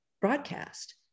broadcast